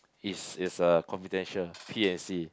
it's it's uh confidential P and C